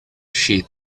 she